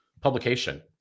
publication